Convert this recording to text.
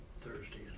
Thursday